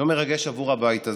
יום מרגש עבור הבית הזה,